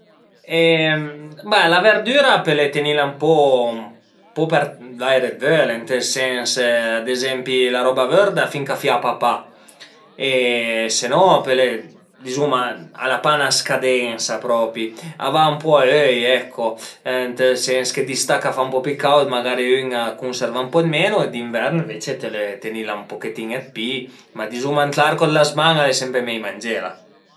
Ma la verdüra pöle tenila ën po vaire völe, ënt ël sens, ad ezempi la roba vërda fin ch'a fiapa pa e se no pöle dizuma al a pa 'na scadensa propi, a va ën po a öi ecco, ënt ël sens che d'istà ch'a fa ën po pi caud magari ün a cunserva ën po dë menu e d'invern ënvece pöle tenila ën pochetin dë pi, ma dizuma ën l'arco d'la zman-a al e sempre mei mangela